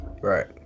Right